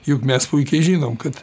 juk mes puikiai žinom kad